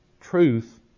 truth